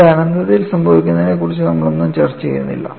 ഇവിടെ അനന്തതയിൽ സംഭവിക്കുന്നതിനെക്കുറിച്ച് നമ്മൾ ഒന്നും ചർച്ച ചെയ്യുന്നില്ല